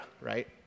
right